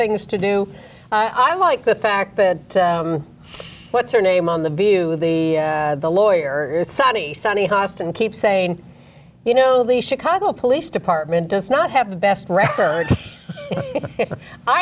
things to do i like the fact that what's her name on the view the the lawyer is sunny sunny hostin keeps saying you know the chicago police department does not have the best record i